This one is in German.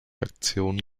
aktion